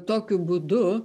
tokiu būdu